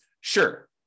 Sure